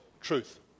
truth